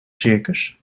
circus